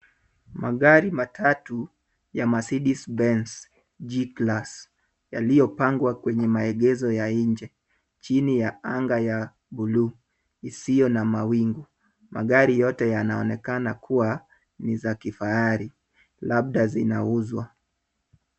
Magari matatu ya Mercedes Benz G Class yaliyopangwa kwenye megesho ya nje chini ya anga ya buluu isiyo na mawingu. Magari yote yanaonekana kuwa ni za kifahari, labda zinauzwa.